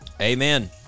Amen